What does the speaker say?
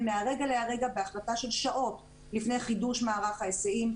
מרגע לרגע בהחלטה של שעות לפני חידוש מערך ההיסעים,